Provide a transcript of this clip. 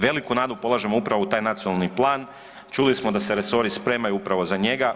Veliku nadu polažemo upravo u taj nacionalni plan, čuli smo da se resori spremaju upravo za njega.